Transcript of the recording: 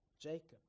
Jacob